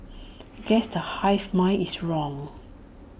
guess the hive mind is wrong